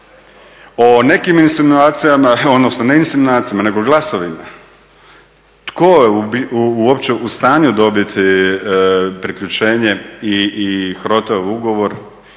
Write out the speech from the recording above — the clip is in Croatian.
O nekim insinuacijama, odnosno ne insinuacijama nego glasovima tko je uopće u stanju dobiti priključenje i HROTE-ovoga